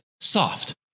soft